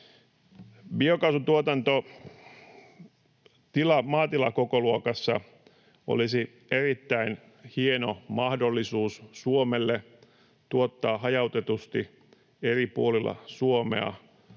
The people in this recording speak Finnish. Biokaasutuotanto maatilakokoluokassa olisi erittäin hieno mahdollisuus Suomelle tuottaa hajautetusti eri puolilla Suomea